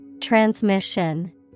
Transmission